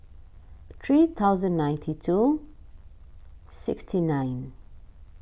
three thousand ninety two sixty nine